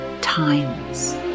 times